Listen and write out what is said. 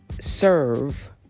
serve